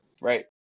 right